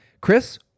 Chris